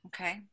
Okay